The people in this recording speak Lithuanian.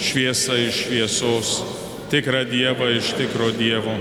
šviesą iš šviesos tikrą dievą iš tikro dievo